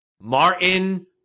Martin